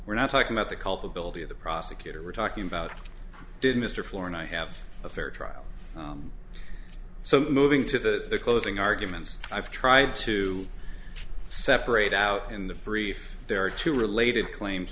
we're not talking about the culpability of the prosecutor we're talking about did mr floor and i have a fair trial so moving to the closing arguments i've tried to see separate out in the brief there are two related claims